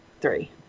three